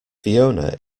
fiona